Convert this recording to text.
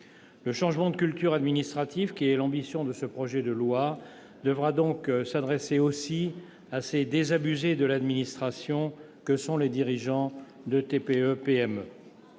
Le changement de culture administrative, qui est l'ambition de ce projet de loi, devra donc s'adresser aussi à ces désabusés de l'administration que sont les dirigeants de TPE et PME.